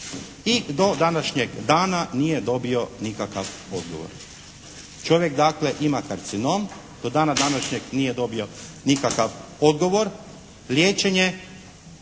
i do današnjeg dana nije dobio nikakav odgovor. Čovjek dakle ima karcinom, do dana današnjeg nije dobio nikakav odgovor.